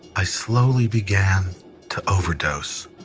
i slowly began to overdose.